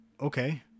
okay